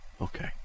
Okay